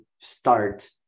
start